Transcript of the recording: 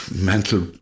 mental